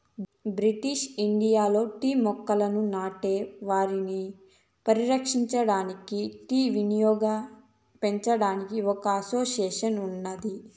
British ఇండియాలో tea మొక్కలను నాటే వారిని పరిరక్షించడానికి, టీ వినియోగాన్నిపెంచేకి ఒక అసోసియేషన్ ఉన్నాది